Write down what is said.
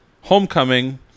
Homecoming